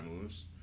moves